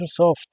Microsoft